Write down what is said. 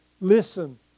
listen